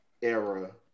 era